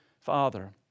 Father